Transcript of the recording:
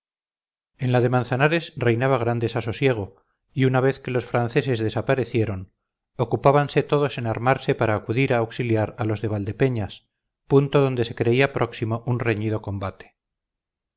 en la de manzanares reinaba gran desasosiego y una vez que los franceses desaparecieron ocupábanse todos en armarse para acudir a auxiliar a los de valdepeñas punto donde se creía próximo un reñido combate